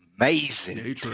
amazing